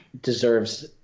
deserves